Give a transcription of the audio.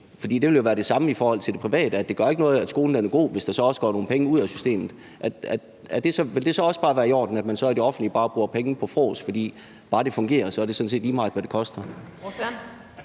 Det ville jo være det samme i forhold til det private, nemlig at det ikke gør noget, hvis skolen er god, at der så går nogle penge ud af systemet. Vil det så også bare være i orden, altså at man i det offentlige bare bruger penge på fråds? For bare det fungerer, så er det sådan set lige meget, hvad det koster.